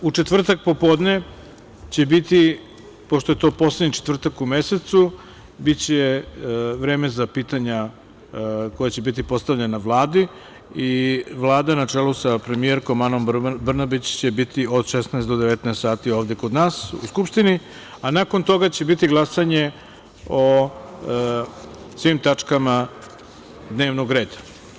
U četvrtak popodne će biti, pošto je to poslednji četvrtak u mesecu, biće vreme za pitanja koja će biti postavljena Vladi i Vlada na čelu sa premijerkom Anom Brnabić će biti od 16.00 do 19.00 sati ovde kod nas u Skupštini, a nakon toga će biti glasanje o svim tačkama dnevnog reda.